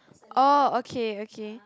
oh okay okay